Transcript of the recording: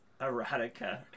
erotica